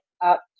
up